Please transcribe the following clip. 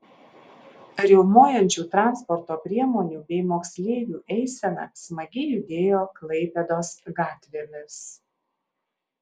riaumojančių transporto priemonių bei moksleivių eisena smagiai judėjo klaipėdos gatvėmis